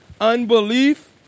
Unbelief